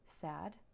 sad